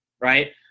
Right